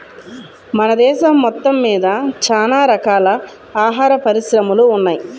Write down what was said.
మన దేశం మొత్తమ్మీద చానా రకాల ఆహార పరిశ్రమలు ఉన్నయ్